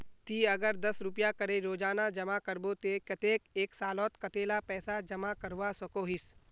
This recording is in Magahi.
ती अगर दस रुपया करे रोजाना जमा करबो ते कतेक एक सालोत कतेला पैसा जमा करवा सकोहिस?